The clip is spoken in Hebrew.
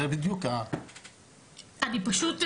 אני פשוט,